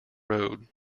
road